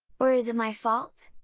or is it my fault?